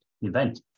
event